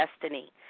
destiny